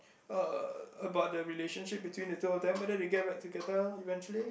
uh about the relationship between the two of them whether they get back together eventually